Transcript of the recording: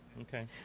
Okay